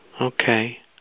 Okay